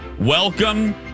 Welcome